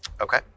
okay